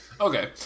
Okay